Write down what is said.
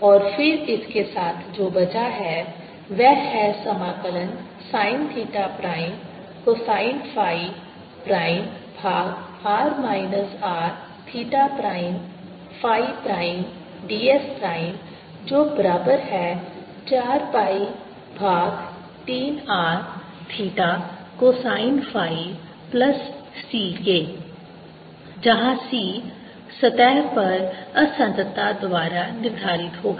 और फिर इसके साथ जो बचा है वह है समाकलन sin theta prime cosine phi prime भाग R minus r theta prime phi prime ds prime जो बराबर है 4 pi भाग 3 r theta cosine phi plus C के जहां C सतह पर असंतता द्वारा निर्धारित होगा